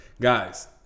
guys